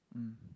mm